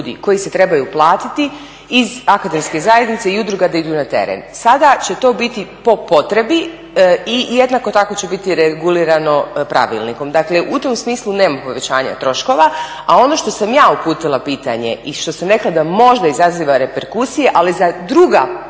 koji se trebaju platiti iz akademske zajednice i udruga da idu na teren. Sada će to biti po potrebi i jednako tako će biti regulirano pravilnikom. Dakle, u tom smislu nema povećanja troškova, a ono što sam ja uputila pitanje i što sam rekla da možda izaziva reperkusije, ali za druga